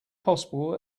possible